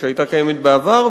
שהיתה קיימת בעבר,